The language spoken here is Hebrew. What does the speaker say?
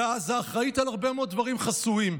בעזה, אחראית להרבה מאוד דברים חסויים.